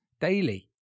daily